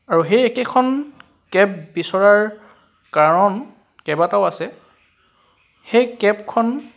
আৰু সেই একেখন কেব বিচৰাৰ কাৰণ কেবাটাও আছে সেই কেবখন